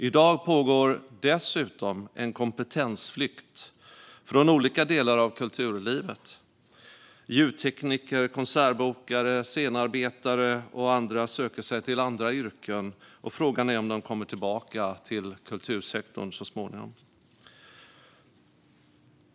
I dag pågår dessutom en kompetensflykt från olika delar av kulturlivet. Ljudtekniker, konsertbokare, scenarbetare och andra söker sig till andra yrken. Frågan är om de kommer tillbaka till kultursektorn.